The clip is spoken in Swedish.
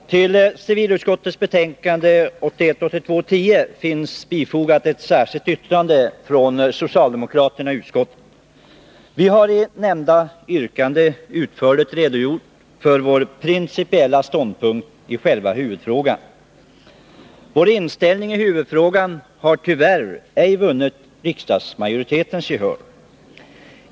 Herr talman! Till civilutskottets betänkande 1981/82:10 finns bifogat ett särskilt yttrande från socialdemokraterna i utskottet. Vi har i nämnda yrkande utförligt redogjort för vår principiella ståndpunkt i själva huvudfrågan. Vår inställning i huvudfrågan har tyvärr ej vunnit riksdagsmajoritetens gehör.